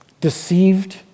deceived